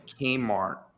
Kmart